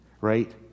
right